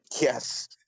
yes